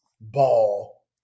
Ball